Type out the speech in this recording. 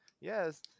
yes